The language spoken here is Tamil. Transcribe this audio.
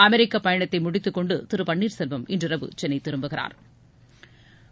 அமெரிக்கா பயனத்தை முடித்துக்கொண்டு திரு பன்னீர்செல்வம் இன்றிரவு சென்னை திரும்புகிறா்